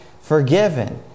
forgiven